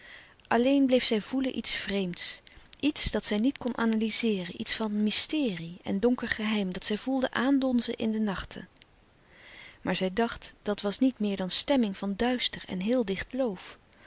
alleen bleef zij voelen iets vreemds iets dat zij niet kon analyzeeren iets van mysterie en donker geheim dat zij voelde aandonzen in de nachten maar zij dacht dat was niet meer dan stemming van duister en heel dicht loof